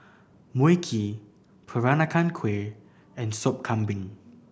Mui Kee Peranakan Kueh and Sop Kambing